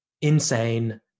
insane